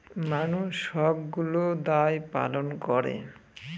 মানুষ সবগুলো দায় পালন করে